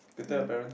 you tell your parents